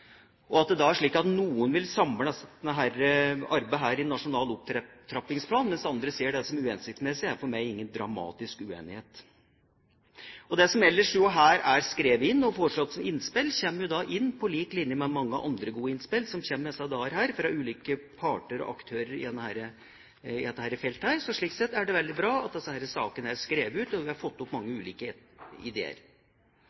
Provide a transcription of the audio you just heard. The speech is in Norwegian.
at noen vil samle dette arbeidet i en nasjonal opptrappingsplan, mens andre ser det som uhensiktsmessig, er for meg ingen dramatisk uenighet. Det som ellers her er foreslått av innspill, kommer på lik linje med mange andre gode innspill som i disse dager kommer fra ulike parter og aktører på dette feltet. Slik sett er det veldig bra at dette er skrevet ned, og vi har fått mange